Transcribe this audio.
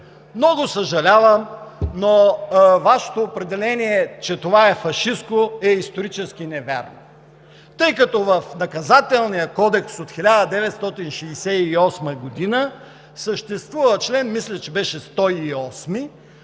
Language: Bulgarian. Много съжалявам, но Вашето определение, че това е фашистко, е исторически невярно, тъй като в Наказателния кодекс от 1968 г. съществува член, мисля, че беше 108-и,